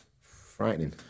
frightening